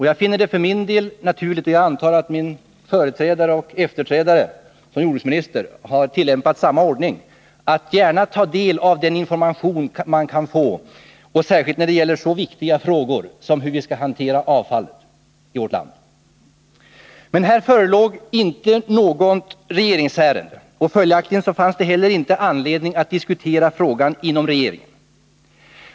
Jag finner det för min del naturligt — och jag antar att min företrädare och min efterträdare som jordbruksminister har tillämpat samma ordning — att gärna ta del av den information som man kan få, särskilt när det gäller så viktiga frågor som hur vi skall hantera avfall i vårt land. Men här förelåg inte något regeringsärende, och följaktligen fanns det heller inte anledning att diskutera frågan inom regeringen.